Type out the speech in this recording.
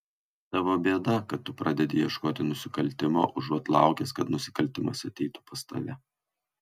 tavo bėda kad tu pradedi ieškoti nusikaltimo užuot laukęs kad nusikaltimas ateitų pas tave